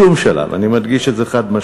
בשום שלב, אני מדגיש את זה חד-משמעית.